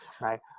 right